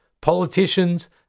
politicians